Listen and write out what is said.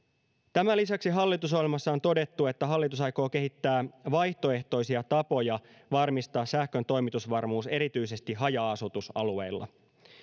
tämän lisäksi hallitusohjelmassa on todettu että hallitus aikoo kehittää vaihtoehtoisia tapoja varmistaa sähkön toimitusvarmuus erityisesti haja asutusalueilla